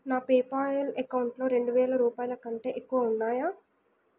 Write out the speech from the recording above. నా పేపల్ ఎకౌంట్లో రెండు వేల రూపాయల కంటే ఎక్కువ ఉన్నాయా